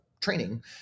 training